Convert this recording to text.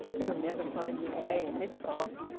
you'll never find your way in this fog.